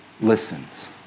Listens